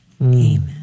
Amen